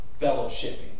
fellowshipping